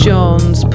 Johns